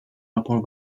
rapor